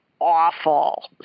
awful